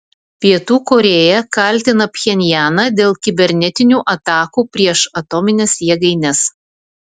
pietų korėja kaltina pchenjaną dėl kibernetinių atakų prieš atomines jėgaines